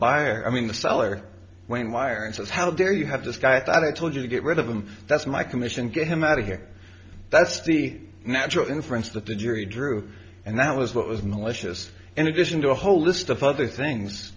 buyer i mean the seller when wiring says how dare you have this guy thought i told you to get rid of them that's my commission get him out of here that's the natural inference that the jury drew and that was what was malicious in addition to a whole list of other things